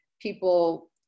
People